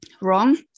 wrong